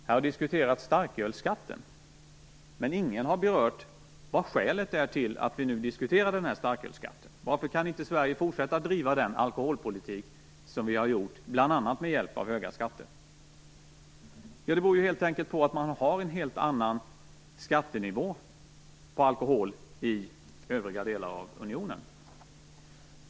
Här har diskuterats starkölsskatten, men ingen har berört vad skälet är till att vi nu diskuterar denna starkölsskatt. Varför kan inte Sverige fortsätta driva den alkoholpolitik som vi har gjort bl.a. med hjälp av höga skatter? Det beror helt enkelt på att man har en helt annan skattenivå på alkohol i övriga delar av unionen.